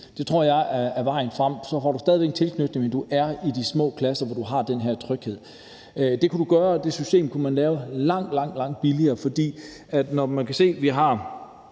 Det tror jeg er vejen frem. Så får du stadig væk en tilknytning, men du er i de små klasser, hvor du har den her tryghed. Med det system kunne man gøre det langt, langt billigere. For vi kan se, at man har